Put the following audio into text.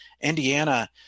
Indiana